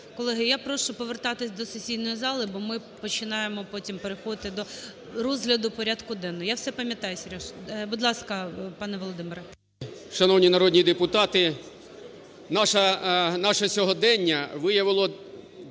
Колеги, я прошу повертатись до сесійної зали, бо ми починаємо потім переходити до розгляду порядку денного. Я все пам'ятаю, Серьожа. Будь ласка, пане Володимире. 10:37:35 ЛИТВИН В.М. Шановні народні депутати, наше сьогодення виявило